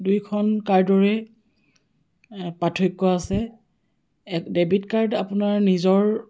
দুইখন কাৰ্ডৰে পাৰ্থক্য আছে ডেবিট কাৰ্ড আপোনাৰ নিজৰ